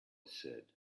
said